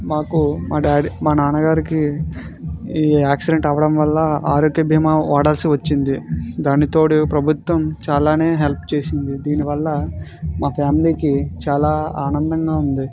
మాకు మా డాడీ మా నాన్నగారికి ఈ యాక్సిడెంట్ అవడం వల్ల ఆరోగ్య భీమా వాడాల్సి వచ్చింది దానికి తోడు ప్రభుత్వం చాలానే హెల్ప్ చేసింది దీనివల్ల మా ఫ్యామిలీకి చాలా ఆనందంగా ఉంది